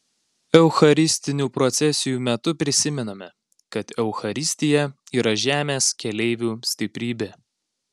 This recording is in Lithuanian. eucharistinių procesijų metu prisimename kad eucharistija yra žemės keleivių stiprybė